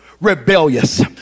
rebellious